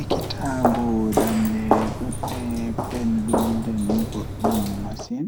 Ekitaago ɗemle ɗuɗɗum belɗum nden welnde masin